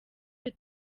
iyo